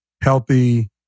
healthy